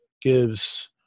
gives